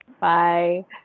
bye